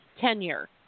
tenure